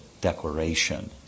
declaration